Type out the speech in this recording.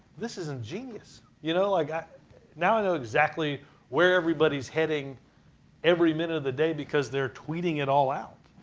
this is ingenious. you know, like now i know exactly where everybody is heading every minute of the day because they're tweeting it all out.